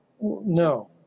no